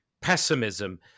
pessimism